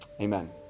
amen